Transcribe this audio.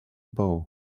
bow